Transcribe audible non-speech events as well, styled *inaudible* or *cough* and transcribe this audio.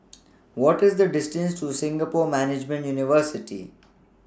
*noise* What IS The distance to Singapore Management University